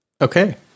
okay